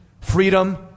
freedom